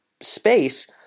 space